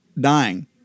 dying